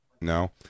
no